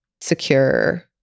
secure